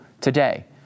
today